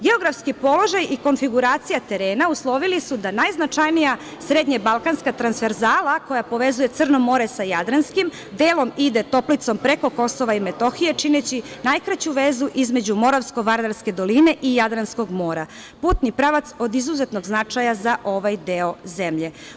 Geografski položaj i konfiguracija terena uslovili su da najznačajnija srednjebalkanska transferzala koja povezuje Crno more sa Jadranskim delom ide Toplicom preko KiM, čineći najkraću vezu između Moravsko-vardarske doline i Jadranskog mora, putni pravac od izuzetnog značaja za ovaj deo zemlje.